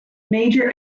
major